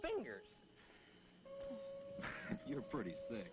fingers you're pretty sick